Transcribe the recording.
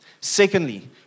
Secondly